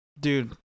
Dude